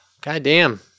goddamn